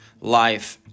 life